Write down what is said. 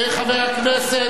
חבר הכנסת טיבי,